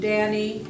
Danny